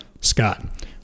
Scott